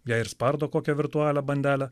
jei ir spardo kokią virtualią bandelę